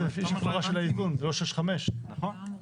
זה לא 6:5. נכון.